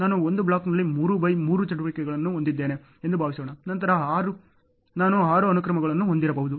ನಾನು ಒಂದು ಬ್ಲಾಕ್ನಲ್ಲಿ 3 ಬೈ 3 ಚಟುವಟಿಕೆಯನ್ನು ಹೊಂದಿದ್ದೇನೆ ಎಂದು ಭಾವಿಸೋಣ ನಂತರ ನಾನು 6 ಅನುಕ್ರಮಗಳನ್ನು ಹೊಂದಿರಬಹುದು